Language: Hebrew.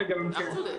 אותנו.